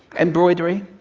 embroidery,